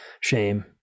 shame